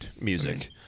music